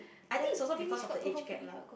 I think is also because of the age gap lah